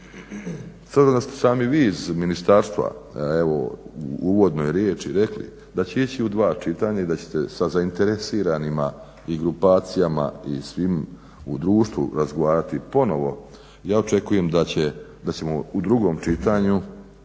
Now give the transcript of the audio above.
Stoga da ste sami vi iz Ministarstva evo u uvodnoj riječi rekli da će ići u dva čitanja i da ćete sa zainteresiranima i grupacijama i svim u društvu razgovarati ponovo. Ja očekujem da ćemo u drugom čitanju